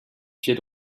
pied